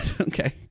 Okay